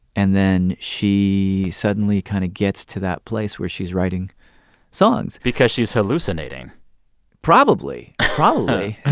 and then she suddenly kind of gets to that place where she's writing songs because she's hallucinating probably probably.